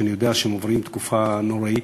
אני יודע שהן עוברות תקופה נוראית.